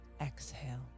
Exhale